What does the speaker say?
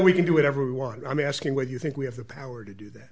we can do whatever we want i mean asking what you think we have the power to do that